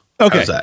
Okay